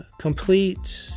complete